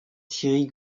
thierry